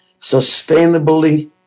sustainably